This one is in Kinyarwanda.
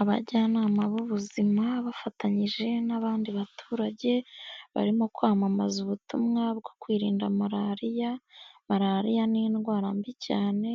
Abajyanama b'ubuzima bafatanyije n'abandi baturage barimo kwamamaza ubutumwa bwo kwirinda Malariya, Malaririya ni indwara mbi cyane